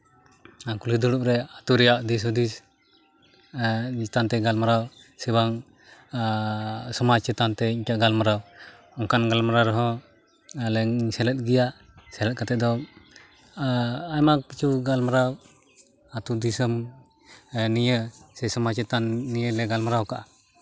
ᱚᱱᱟ ᱠᱩᱞᱦᱤ ᱫᱩᱲᱩᱵ ᱨᱮ ᱟᱹᱛᱩ ᱨᱮᱭᱟᱜ ᱫᱩᱥ ᱦᱩᱫᱤᱥ ᱵᱨᱤᱛᱟᱱᱛᱚ ᱜᱟᱞᱢᱟᱨᱟᱣ ᱥᱮ ᱵᱟᱝ ᱥᱚᱢᱟᱡᱽ ᱪᱮᱛᱟᱱ ᱛᱮ ᱤᱧ ᱴᱷᱮᱡ ᱜᱟᱞᱢᱟᱨᱟᱣ ᱚᱱᱠᱟᱱ ᱜᱟᱞᱢᱟᱨᱟᱣ ᱨᱮᱦᱚᱸ ᱟᱞᱮᱧ ᱥᱮᱞᱮᱫ ᱜᱮᱭᱟ ᱥᱮᱞᱮᱫ ᱠᱟᱛᱮᱫ ᱫᱚ ᱟᱭᱢᱟ ᱠᱤᱪᱷᱩ ᱜᱟᱞᱢᱟᱨᱟᱣ ᱟᱹᱛᱩ ᱫᱤᱥᱚᱢ ᱱᱤᱭᱮ ᱥᱮ ᱥᱚᱢᱟᱡᱽ ᱪᱮᱛᱟᱱ ᱱᱤᱭᱮ ᱞᱮ ᱜᱟᱞᱢᱟᱨᱟᱣ ᱟᱠᱟᱫᱼᱟ